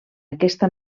aquesta